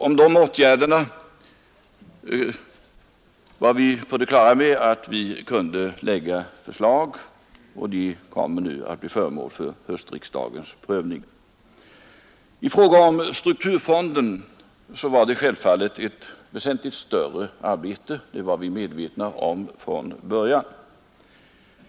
Vi var på det klara med att vi kan lägga fram förslag om dessa åtgärder, och de kommer nu att bli föremål för höstriksdagens prövning. I fråga om strukturfonden var det självfallet ett väsentligt större arbete, det var vi medvetna om från början.